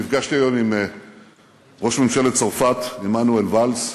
נפגשתי היום עם ראש ממשלת צרפת מנואל ואלס,